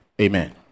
Amen